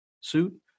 suit